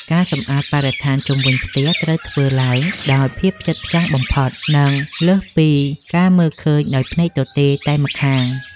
ការសម្អាតបរិស្ថានជុំវិញផ្ទះត្រូវធ្វើឡើងដោយភាពផ្ចិតផ្ចង់បំផុត និងលើសពីការមើលឃើញដោយភ្នែកទទេតែម្ខាង។